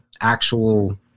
actual